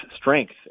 strength